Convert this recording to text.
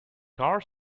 car